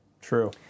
True